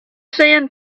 sand